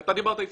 אתה דיברת איתי?